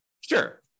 Sure